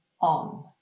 on